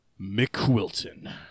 McQuilton